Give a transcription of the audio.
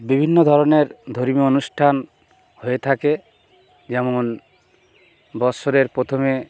বিভিন্ন ধরনের ধর্মীয় অনুষ্ঠান হয়ে থাকে যেমন বৎসরের প্রথমে